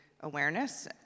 awareness